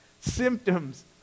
Symptoms